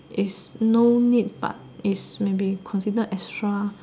is no need but is may be considered extra